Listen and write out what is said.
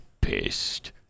pissed